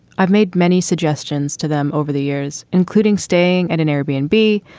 i've made many suggestions to them over the years, including staying at an urban bee,